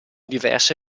diverse